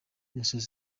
imusozi